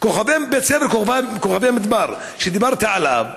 בית הספר כוכבי המדבר שדיברת עליו,